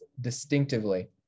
distinctively